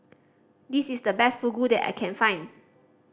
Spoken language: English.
this is the best Fugu that I can find